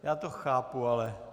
Já to chápu, ale...